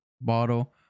bottle